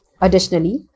Additionally